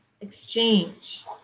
exchange